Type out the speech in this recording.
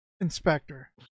inspector